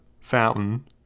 fountain